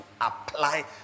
apply